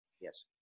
Yes